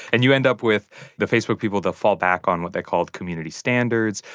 and you end up with the facebook people that fall back on what they called community standards.